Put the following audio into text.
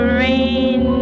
rain